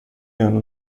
ano